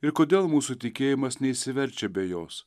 ir kodėl mūsų tikėjimas neišsiverčia be jos